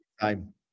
time